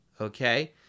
okay